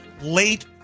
late